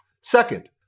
Second